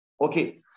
Okay